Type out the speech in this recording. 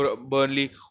Burnley